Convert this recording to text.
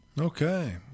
Okay